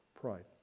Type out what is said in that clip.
pride